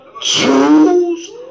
Choose